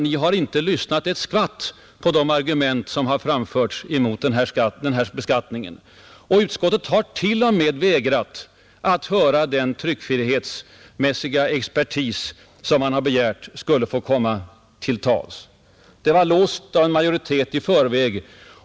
Ni har inte lyssnat ett skvatt på de argument som framförts mot beskattningen. Utskottet har t.o.m. vägrat att höra den tryckfrihetsexpertis som vi begärt skulle få komma till tals. Frågan var låst i förväg av en majoritet.